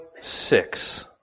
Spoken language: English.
six